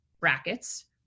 brackets